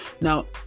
Now